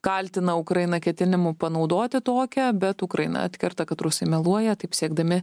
kaltina ukrainą ketinimu panaudoti tokią bet ukraina atkerta kad rusai meluoja taip siekdami